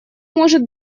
может